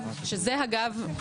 אגב,